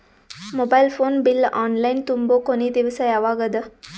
Mobile phone bill online ತುಂಬೊ ಕೊನಿ ದಿವಸ ಯಾವಗದ?